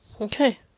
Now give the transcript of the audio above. Okay